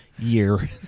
year